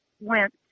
went